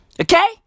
Okay